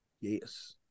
Yes